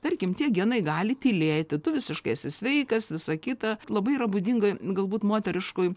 tarkim tie genai gali tylėti tu visiškai esi sveikas visa kita labai yra būdinga galbūt moteriškoj